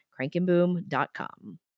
Crankandboom.com